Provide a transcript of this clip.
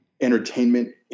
entertainment